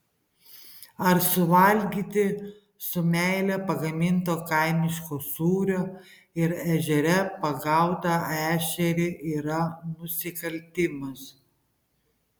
ar suvalgyti su meile pagaminto kaimiško sūrio ir ežere pagautą ešerį yra nusikaltimas